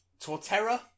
Torterra